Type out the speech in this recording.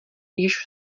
jež